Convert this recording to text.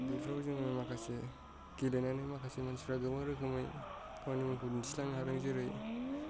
बेफ्राव जोङो माखासे गेलेनानै माखासे मानसिफ्रा गोबां रोखोमै गावनि मुंखौ दिन्थिलांनो हादों जेरै